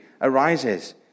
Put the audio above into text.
arises